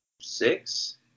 six